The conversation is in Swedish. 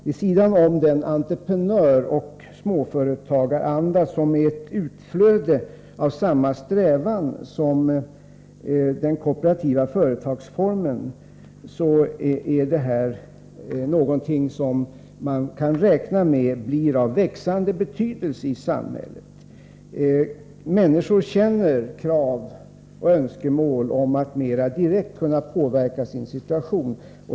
Vid sidan om den entreprenörsoch småföretagaranda, som är ett utflöde av samma strävan som den kooperativa företagsformen, är sådana här företagsformer någonting som man kan räkna med kommer att bli av växande betydelse i samhället. Människor känner krav på och har önskemål om att mer direkt kunna påverka sin situation.